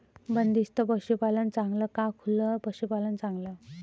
बंदिस्त पशूपालन चांगलं का खुलं पशूपालन चांगलं?